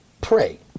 pray